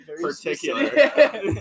Particular